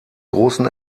großen